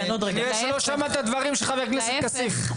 כנראה לא שמעת את הדברים של חבר הכנסת כסיף.